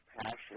passion